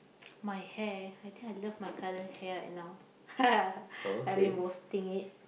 my hair I think I love my current hair right now I been boasting it